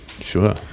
Sure